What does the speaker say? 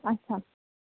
اَچھا